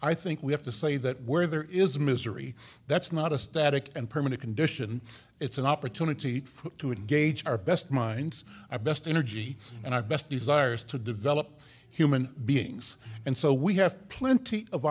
i think we have to say that where there is misery that's not a static and permanent condition it's an opportunity to engage our best minds our best energy and i best desires to develop human beings and so we have plenty of